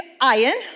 iron